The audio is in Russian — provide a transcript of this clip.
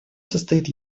состоит